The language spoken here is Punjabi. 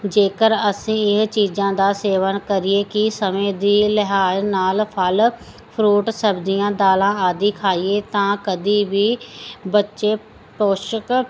ਜੇਕਰ ਅਸੀਂ ਇਹ ਚੀਜ਼ਾਂ ਦਾ ਸੇਵਨ ਕਰੀਏ ਕਿ ਸਮੇਂ ਦੀ ਲਿਹਾਜ ਨਾਲ ਫਲ ਫਰੂਟ ਸਬਜ਼ੀਆਂ ਦਾਲਾਂ ਆਦਿ ਖਾਈਏ ਤਾਂ ਕਦੀ ਵੀ ਬੱਚੇ ਪੋਸ਼ਕ